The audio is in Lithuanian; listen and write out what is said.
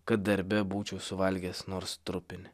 kad darbe būčiau suvalgęs nors trupinį